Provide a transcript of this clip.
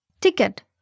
ticket